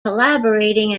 collaborating